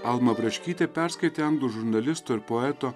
alma braškytė perskaitė anglų žurnalisto ir poeto